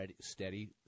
steady